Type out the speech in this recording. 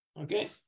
Okay